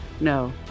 No